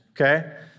okay